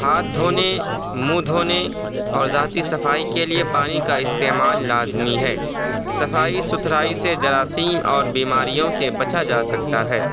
ہاتھ دھونے منہ دھونے اور ذاتی صفائی کے لیے پانی کا استعمال لازمی ہے صفائی ستھرائی سے جراثیم اور بیماریوں سے بچا جا سکتا ہے